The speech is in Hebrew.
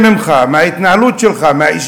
זה התחיל בתקופתו של שי